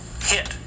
hit